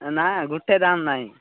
ନା ଗୋଟେ ଦାମ୍ ନାହିଁ